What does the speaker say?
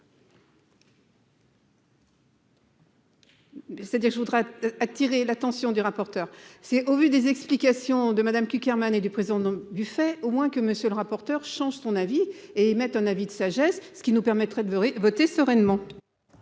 C'est-à-dire que je voudrais attirer l'attention du rapporteur, c'est au vu des explications de Madame Cukierman et du président du fait au moins que monsieur le rapporteur, change son avis et émettent un avis de sagesse, ce qui nous permettrait de voter sereinement.